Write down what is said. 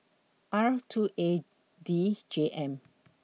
R two A D J M